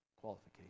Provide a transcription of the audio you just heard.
qualification